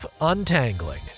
untangling